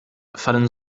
fallen